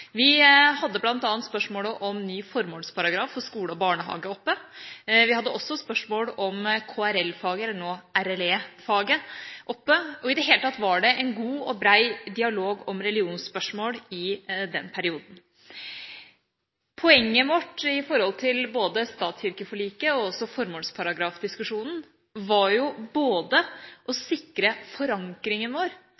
Vi hadde bl.a. spørsmålet om ny formålsparagraf for skole og barnehage oppe, vi hadde også spørsmål om KRL-faget, eller nå RLE-faget, oppe – i det hele tatt var det en god og bred dialog om religionsspørsmål i den perioden. Poenget vårt når det gjelder både stat–kirke-forliket og også formålsparagrafdiskusjonen, var å sikre forankringen vår, å